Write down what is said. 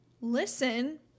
listen